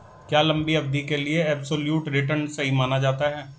क्या लंबी अवधि के लिए एबसोल्यूट रिटर्न सही माना जाता है?